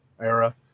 era